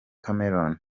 cameroun